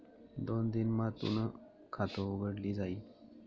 दोन दिन मा तूनं खातं उघडी जाई